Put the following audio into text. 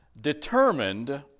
determined